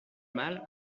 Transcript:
mâle